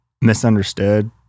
misunderstood